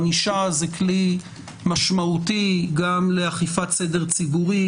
ענישה זה כלי משמעותי גם לאכיפת סדר ציבורי,